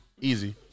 Easy